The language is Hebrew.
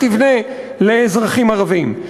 תבנה לאזרחים ערבים.